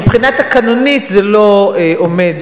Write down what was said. מבחינה תקנונית זה לא עומד,